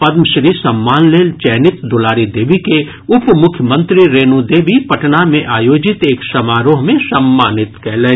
पद्मश्री सम्मान लेल चयनित दुलारी देवी के उप मुख्यमंत्री रेणु देवी पटना मे आयोजित एक समारोह मे सम्मानित कयलनि